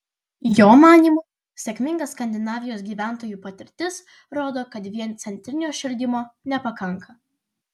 jo manymu sėkminga skandinavijos gyventojų patirtis rodo kad vien centrinio šildymo nepakanka